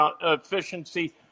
efficiency